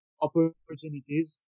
opportunities